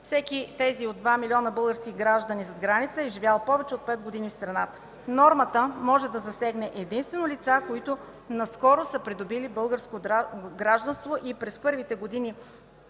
всеки от тези 2 милиона български граждани зад граница е живял повече от 5 години в страната. Нормата може да засегне единствено лица, които наскоро са придобили българско гражданство и през първите години